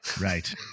Right